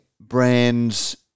brands